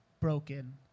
broken